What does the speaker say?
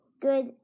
good